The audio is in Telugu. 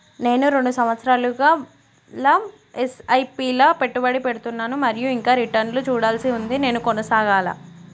నేను రెండు సంవత్సరాలుగా ల ఎస్.ఐ.పి లా పెట్టుబడి పెడుతున్నాను మరియు ఇంకా రిటర్న్ లు చూడాల్సి ఉంది నేను కొనసాగాలా?